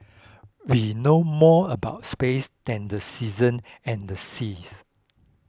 we know more about space than the season and the seas